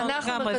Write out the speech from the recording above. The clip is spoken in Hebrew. אנחנו,